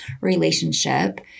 relationship